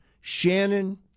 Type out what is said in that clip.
Shannon